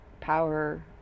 power